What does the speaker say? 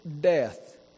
death